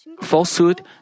falsehood